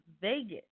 Vegas